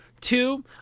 Two